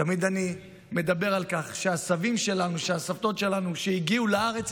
תמיד אני מדבר על כך שהסבים שלנו והסבתות שלנו שהגיעו לארץ,